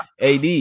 ad